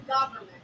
government